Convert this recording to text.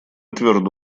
твердо